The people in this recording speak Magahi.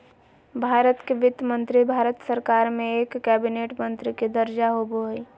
भारत के वित्त मंत्री भारत सरकार में एक कैबिनेट मंत्री के दर्जा होबो हइ